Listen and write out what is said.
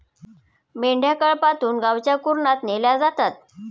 मेंढ्या कळपातून गावच्या कुरणात नेल्या जातात